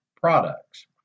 products